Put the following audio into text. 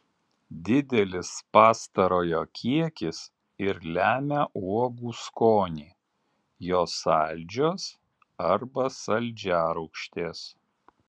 didelis pastarojo kiekis ir lemia uogų skonį jos saldžios arba saldžiarūgštės